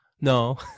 No